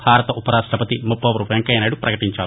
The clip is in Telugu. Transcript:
భారత ఉపరాష్టపతి ముప్పవరపు వెంకయ్యనాయుడు పకటించారు